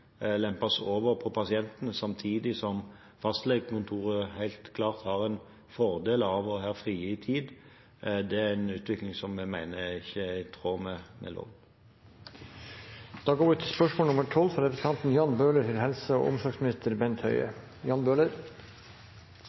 lempes over på pasientene, samtidig som fastlegekontoret helt klart har en fordel av frigitt tid, er en utvikling jeg mener ikke er i tråd med loven. Jeg tillater meg å stille følgende spørsmål til helse- og omsorgsministeren: «I Oslo har bare 91 prosent av 16-åringene fullført barnevaksinasjonsprogrammet. I noen grupper og